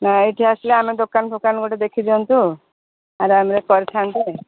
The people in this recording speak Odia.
ନାଁ ଏଇଠି ଆସିଲେ ଆମେ ଦୋକାନ ଫୋକାନ ଗୋଟେ ଦେଖିଦିଅନ୍ତୁ ତାପରେ ଆରାମରେ କରିଥାନ୍ତେ